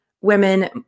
women